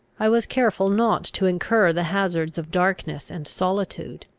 i was careful not to incur the hazards of darkness and solitude.